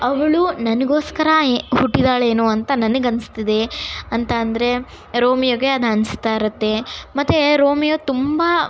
ಅವಳು ನನಗೋಸ್ಕರ ಎ ಹುಟ್ಟಿದ್ದಾಳೇನೋ ಅಂತ ನನಗನ್ನಿಸ್ತಿದೆ ಅಂತ ಅಂದರೆ ರೋಮಿಯೋಗೆ ಅದು ಅನ್ನಿಸ್ತಾಯಿರುತ್ತೆ ಮತ್ತೆ ರೋಮಿಯೋ ತುಂಬ